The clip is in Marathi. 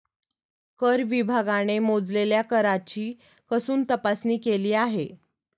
कर विभागाने मोजलेल्या कराची कसून तपासणी केली आहे